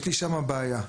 יש לי שם בעיה.